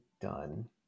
done